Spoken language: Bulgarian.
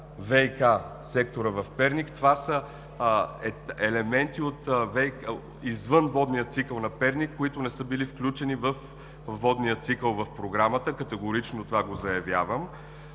ВиК сектора в Перник. Това са елементи извън водния цикъл на Перник, които не са били включени във водния цикъл в програмата. Категорично заявявам